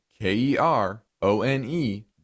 K-E-R-O-N-E